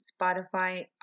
Spotify